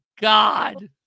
God